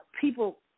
people